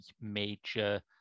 major